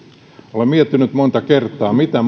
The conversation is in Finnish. olen miettinyt monta kertaa mitä